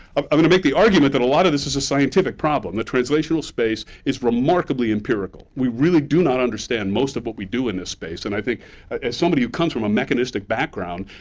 um i'm going to make the argument that a lot of this is a scientific problem. the translational space is remarkably empirical. we really do not understand most of what we do in this space, and i think as somebody who comes from a mechanistic background,